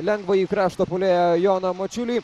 lengvąjį krašto puolėją joną mačiulį